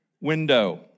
window